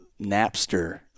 napster